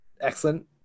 excellent